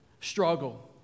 struggle